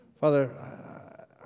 Father